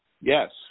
Yes